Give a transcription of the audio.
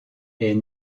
est